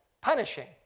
punishing